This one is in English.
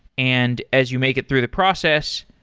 and as you make it through the process,